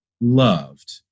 loved